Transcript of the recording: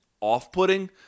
off-putting